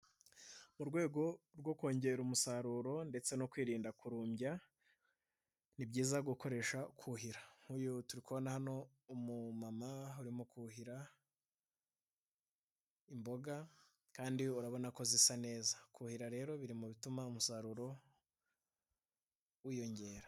Mu rwego rwo kongera umusaruro ndetse no kwirinda kurumbya ni byiza kuhira, nk'uyu turi hano umumama arimo kuhira imboga kandi urabona ko zisa neza, kuhira rero biri mu bituma umusaruro wiyongera.